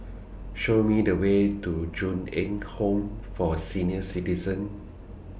Show Me The Way to Ju Eng Home For Senior Citizens